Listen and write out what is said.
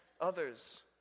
others